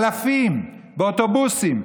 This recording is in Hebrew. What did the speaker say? אלפים באוטובוסים,